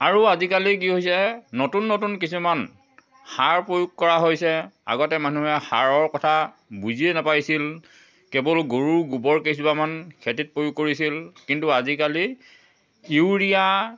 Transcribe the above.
আৰু আজিকালি কি হৈছে নতুন নতুন কিছুমান সাৰ প্ৰয়োগ কৰা হৈছে আগতে মানুহে সাৰৰ কথা বুজিয়ে নাপাইছিল কেৱল গৰুৰ গোবৰ কেইচপৰামান খেতিত প্ৰয়োগ কৰিছিল কিন্তু আজিকালি ইউৰিয়া